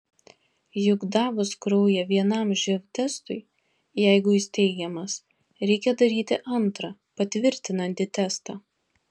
juk davus kraują vienam živ testui jeigu jis teigiamas reikia daryti antrą patvirtinantį testą